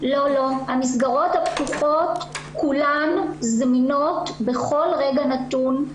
המסגרות הפתוחות זמינות בכל רגע נתון.